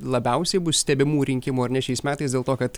labiausiai bus stebimų rinkimų ar ne šiais metais dėl to kad